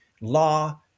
law